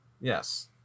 yes